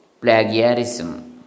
plagiarism